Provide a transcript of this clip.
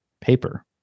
paper